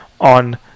on